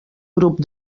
grup